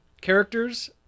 characters